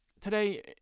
today